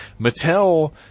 Mattel